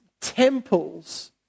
temples